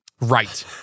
Right